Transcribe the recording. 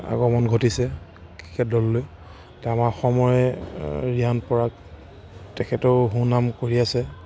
আগমন ঘটিছে ক্ৰিকেট দললৈ এতিয়া আমাৰ অসমে ৰিয়ান পৰা তেখেতেও সুনাম কঢ়িয়াইছে